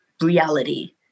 reality